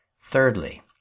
thirdly